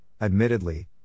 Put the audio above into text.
admittedly